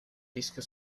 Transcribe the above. rischio